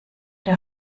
der